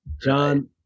john